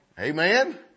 Amen